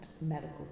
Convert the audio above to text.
medical